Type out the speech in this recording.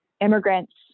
immigrants